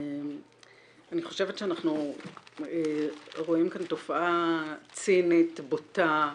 אני חושבת שאנחנו רואים כאן תופעה צינית, בוטה,